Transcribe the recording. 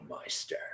Meister